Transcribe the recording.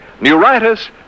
neuritis